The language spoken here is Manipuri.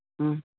ꯎꯝ